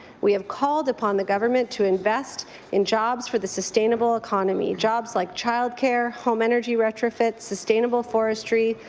we have called upon the government to invest in jobs for the sustainable economy, jobs like child care, home energy retro fits, sustainable forestry,